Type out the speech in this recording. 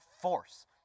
force